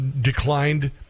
declined